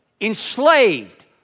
enslaved